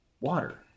Water